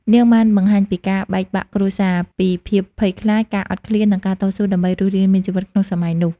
នាងបានបង្ហាញពីការបែកបាក់គ្រួសារ ពីភាពភ័យខ្លាច ការអត់ឃ្លាន និងការតស៊ូដើម្បីរស់រានមានជីវិតក្នុងសម័យនោះ។